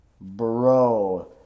Bro